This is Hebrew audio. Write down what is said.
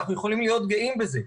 אנחנו יכולים להיות גאים בזה.